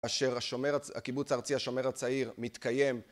אשר הקיבוץ הארצי השומר הצעיר מתקיים